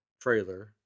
trailer